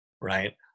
right